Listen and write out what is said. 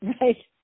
Right